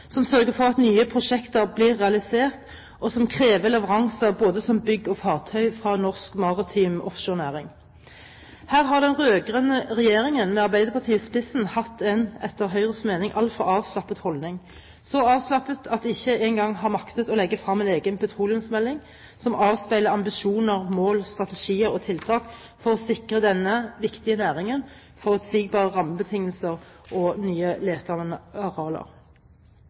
som sørger for at nye prosjekter blir realisert, og som krever leveranser som både bygg og fartøy fra norsk maritim offshorenæring. Her har den rød-grønne regjeringen med Arbeiderpartiet i spissen hatt en etter Høyres mening altfor avslappet holdning, så avslappet at de ikke engang har maktet å legge frem en egen petroleumsmelding som avspeiler ambisjoner, mål, strategier og tiltak for å sikre denne viktige næringen forutsigbare rammebetingelser og nye